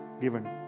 given